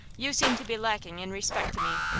you seem to be lacking in respect to me.